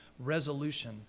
Resolution